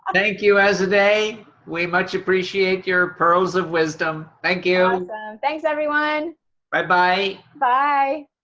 thank you as a day we much appreciate your pearls of wisdom thank you thanks everyone bye bye bye